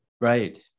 Right